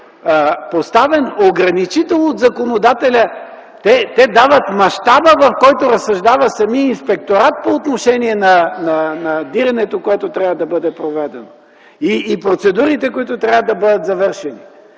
поставен ограничител от законодателя. Те дават мащаба, в който разсъждава самият Инспекторат по отношение на диренето, което трябва да бъде проведено, и процедурите, които трябва да бъдат завършени.